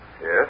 Yes